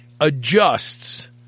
adjusts